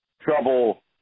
trouble